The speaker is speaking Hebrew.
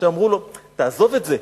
שאמרו לו: תעזוב את זה,